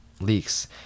leaks